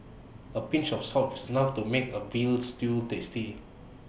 A pinch of salt is enough to make A Veal Stew tasty